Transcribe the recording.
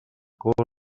corre